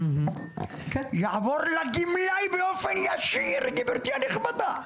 שיעבור לגמלאי באופן ישיר גברתי הנכבדה.